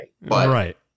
right